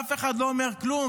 ואף אחד לא אומר כלום.